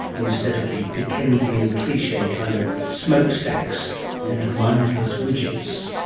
instead of the dickensian cliche kind of smoke stacks and mindless widgets?